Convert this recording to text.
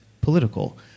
political